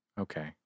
okay